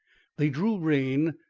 they drew rein,